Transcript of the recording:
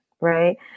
Right